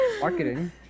marketing